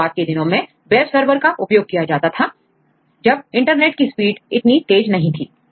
शुरुआत के दिनों में वेब सर्वर का उपयोग किया जाता था जब इंटरनेट की स्पीड इतनी तेज नहीं थी